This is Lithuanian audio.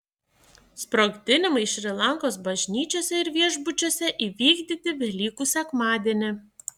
sprogdinimai šri lankos bažnyčiose ir viešbučiuose įvykdyti velykų sekmadienį